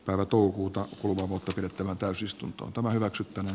pelatun kuutoslta mutta pidettävä täysistuntoon tämä hyväksyttäneen